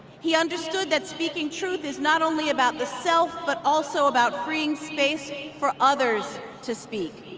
he understood that speaking truth is not only about the self but also about freeing space for others to speak.